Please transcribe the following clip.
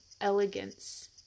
elegance